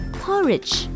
porridge